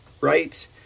right